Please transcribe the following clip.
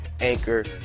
Anchor